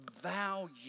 value